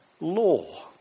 law